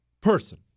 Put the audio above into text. person